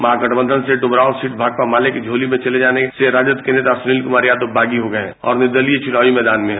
महागठबंधन से ड्मरांव सीट भाकपा माले की झोली में चले जाने से राजद के नेता सुनील क्मार यादव बागी हो गये हैं और निर्दलीय ही चुनावी मैदान में हैं